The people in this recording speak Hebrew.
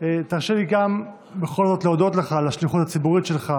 תרשה לי בכל זאת להודות לך על השליחות הציבורית שלך.